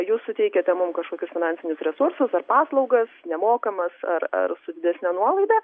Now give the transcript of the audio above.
jūs suteikiate mum kažkokius finansinius resursus ar paslaugas nemokamas ar ar su didesne nuolaida